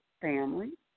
family